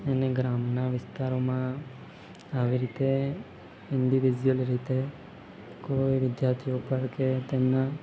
અને ગ્રામના વિસ્તારોમાં આવી રીતે ઇન્ડીવ્યુઝલ રીતે કોઈ વિદ્યાર્થીઓ ઉપર કે તેમના